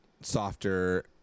softer